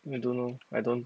I don't know I don't